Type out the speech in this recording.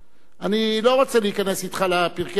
אני לא רוצה להיכנס אתך לפרקי ההיסטוריה,